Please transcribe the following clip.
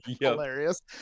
hilarious